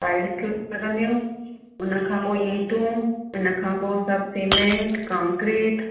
tiles लॻंदियूं हुन खां पोइ ईंटू हुन खां पोइ सभु सीमेंट कॉंक्रिट